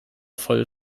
voll